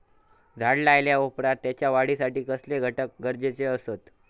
झाड लायल्या ओप्रात त्याच्या वाढीसाठी कसले घटक गरजेचे असत?